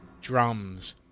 drums